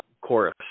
Chorus